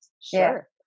sure